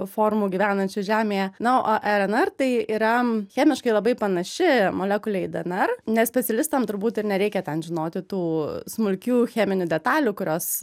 formų gyvenančių žemėje na o rnr tai yra chemiškai labai panaši molekulei dnr ne specialistam turbūt ir nereikia ten žinoti tų smulkių cheminių detalių kurios